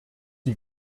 die